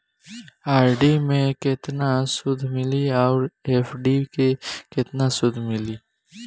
RD मे केतना सूद मिली आउर एफ.डी मे केतना सूद मिली?